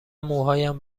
موهایم